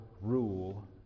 rule